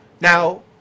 Now